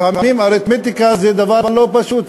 לפעמים אריתמטיקה זה דבר לא פשוט.